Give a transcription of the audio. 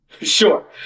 Sure